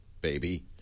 baby